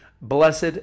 Blessed